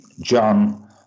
John